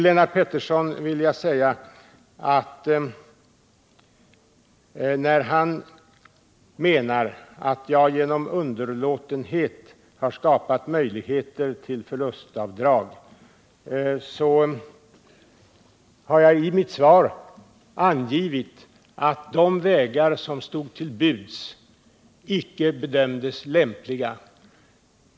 Lennart Pettersson menar att jag genom underlåtenhet har skapat möjligheter till förlustavdrag. Jag har emellertid i mitt svar angivit att de vägar som stod till buds icke bedömdes lämpliga.